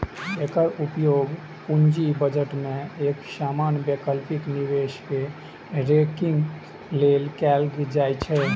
एकर उपयोग पूंजी बजट मे एक समान वैकल्पिक निवेश कें रैंकिंग लेल कैल जाइ छै